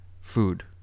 food